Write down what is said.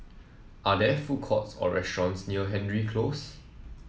are there food courts or restaurants near Hendry Close